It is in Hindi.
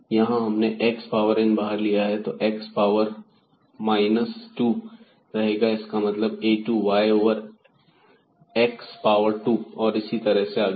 यहां हमने x पावर n बाहर लिया है तब यह x पावर माइनस 2 रहेगा इसका मतलब a2 और y ओवर x पावर 2 और इसी तरह से आगे भी